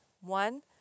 One